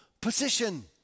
position